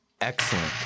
Excellent